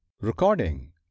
Recording